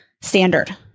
standard